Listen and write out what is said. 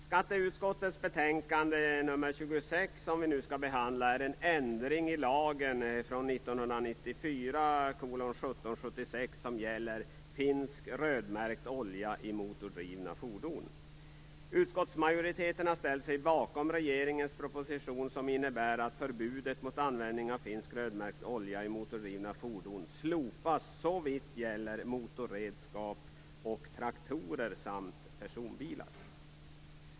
Skatteutskottets betänkande SkU 26 som vi nu skall behandla, innebär en ändring i lagen Utskottsmajoriteten har ställt sig bakom regeringens proposition som innebär att förbudet mot användning av finsk, rödmärkt olja slopas såvitt gäller motorredskap och traktorer samt personbilar.